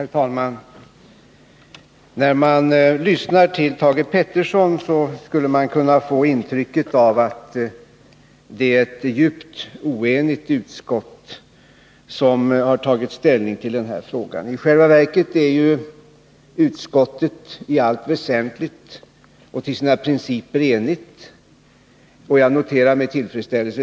Herr talman! När man lyssnar till Thage Peterson skulle man kunna få intrycket att det är ett djupt oenigt utskott som har tagit ställning i den här frågan. I själva verket är ju utskottet i allt väsentligt och i fråga om principerna enigt, och detta noterar jag med tillfredsställelse.